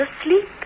asleep